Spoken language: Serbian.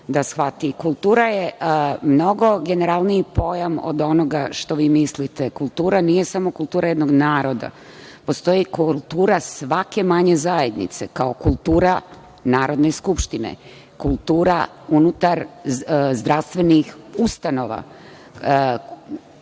Kultura je mnogo generalniji pojam od onoga što vi mislite. Kultura nije samo kultura jednog naroda, postoji kultura svake manje zajednice, kao kultura Narodne skupštine, kultura unutar zdravstvenih ustanova,